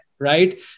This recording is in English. right